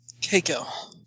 Keiko